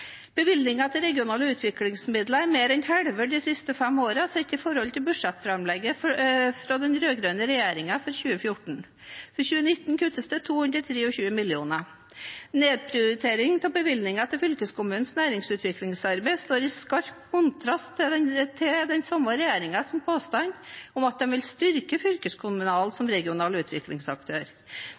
Bevilgningene til regionale utviklingsmidler er mer enn halvert de siste fem årene, sett i forhold til budsjettframlegget for 2014 fra den rød-grønne regjeringen. For 2019 kuttes det 223 mill. kr. Nedprioritering av bevilgninger til fylkeskommunenes næringsutviklingsarbeid står i skarp kontrast til den samme regjeringens påstand om at de vil styrke fylkeskommunen som regional utviklingsaktør.